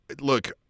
look